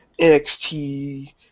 NXT